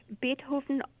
Beethoven